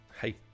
hey